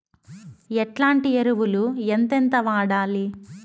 ఎట్లాంటి ఎరువులు ఎంతెంత వాడాలి?